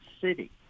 city